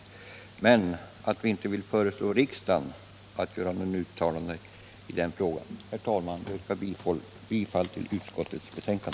Utskottet har emellertid inte velat föreslå riksdagen att göra något uttalande i frågan. Herr talman! Jag yrkar bifall till utskottets hemställan.